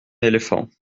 éléphants